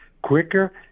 quicker